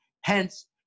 Hence